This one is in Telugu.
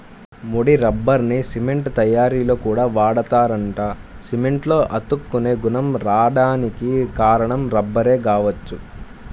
ముడి రబ్బర్ని సిమెంట్ తయ్యారీలో కూడా వాడతారంట, సిమెంట్లో అతుక్కునే గుణం రాడానికి కారణం రబ్బరే గావచ్చు